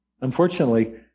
unfortunately